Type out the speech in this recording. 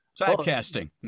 Sidecasting